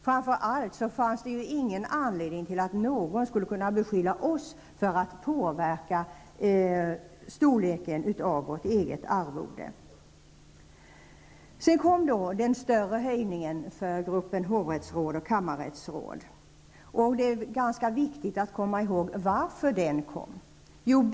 Framför allt fanns ingen anledning till att någon skulle kunna beskylla oss för att påverka storleken på vårt eget arvode. Sedan kom den större höjningen för gruppen hovrättsråd och kammarrättsråd. Det är ganska viktigt att komma ihåg varför den höjningen kom.